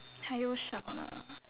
还有什么